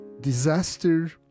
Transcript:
disaster